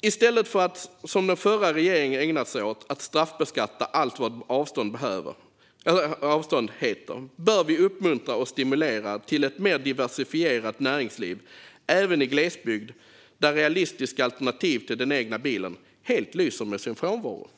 I stället för att straffbeskatta allt vad avstånd heter, vilket den förra regeringen har ägnat sig åt, menar jag att vi bör uppmuntra och stimulera till ett mer diversifierat näringsliv, även i glesbygd där realistiska alternativ till den egna bilen helt lyser med sin frånvaro.